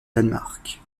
danemark